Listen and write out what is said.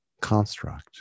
construct